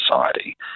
society